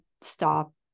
stop